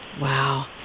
Wow